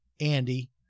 Andy